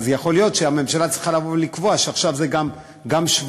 ויכול להיות שהממשלה צריכה לקבוע שעכשיו זה גם 17',